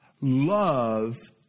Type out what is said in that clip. love